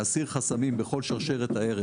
להסיר חסמים בכל שרשרת הערך,